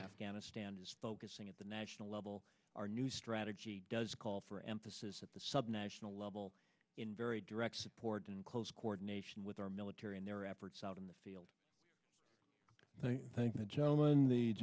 afghanistan is focusing at the national level our new strategy does call for emphasis at the subnational level in very direct support in close coordination with our military and their efforts out in the field and i thank the gentleman the